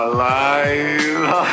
Alive